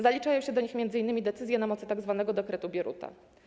Zaliczają się do nich m.in. decyzje na mocy tzw. dekretu Bieruta.